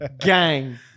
Gang